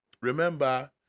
Remember